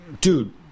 dude